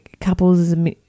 couples